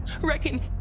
Reckon